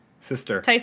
Sister